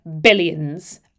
billions